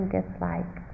dislike